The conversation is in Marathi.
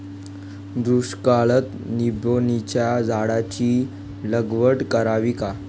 दुष्काळात निंबोणीच्या झाडाची लागवड करावी का?